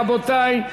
רבותי,